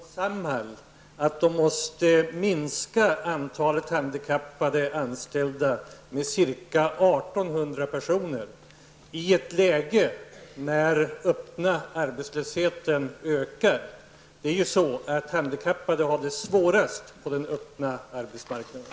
Herr talman! Jag vill fråga Mona Sahlin om det verkligen är så klokt att sätta så snål budgetram för Samhall, att man måste minska antalet handikappade anställda med ca 1 800 personer i ett läge när den öppna arbetslösheten ökar. Handikappade har det svårast på den öppna arbetsmarknaden.